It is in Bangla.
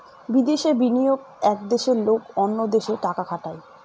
বিদেশে বিনিয়োগ এক দেশের লোক অন্য দেশে টাকা খাটায়